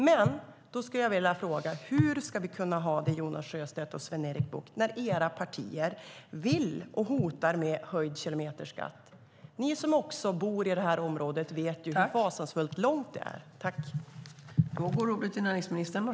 Men då vill jag fråga: Hur ska, Jonas Sjöstedt och Sven-Erik Bucht, vi kunna ha det när era partier vill ha och hotar med höjd kilometerskatt? Ni som också bor i området vet ju hur stora avstånden är.